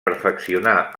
perfeccionà